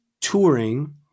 touring